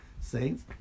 saints